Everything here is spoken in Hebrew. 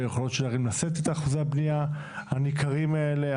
ביכולות של הערים לשאת את אחוזי הבנייה הניכרים האלה,